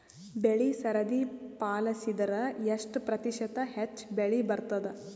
ಬೆಳಿ ಸರದಿ ಪಾಲಸಿದರ ಎಷ್ಟ ಪ್ರತಿಶತ ಹೆಚ್ಚ ಬೆಳಿ ಬರತದ?